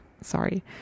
sorry